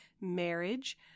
marriage